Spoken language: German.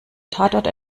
tatort